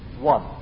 One